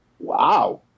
Wow